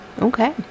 Okay